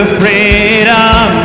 freedom